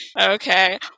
Okay